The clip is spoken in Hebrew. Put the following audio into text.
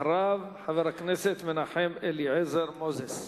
אחריו, חבר הכנסת מנחם אליעזר מוזס,